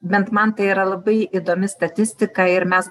bent man tai yra labai įdomi statistika ir mes